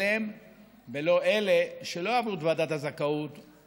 ידיהם בוועדת החינוך הוא